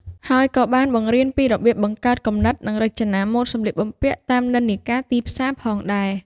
ហើយក៏បាន បង្រៀនពីរបៀបបង្កើតគំនិត និងរចនាម៉ូដសម្លៀកបំពាក់តាមនិន្នាការទីផ្សារផងដែរ។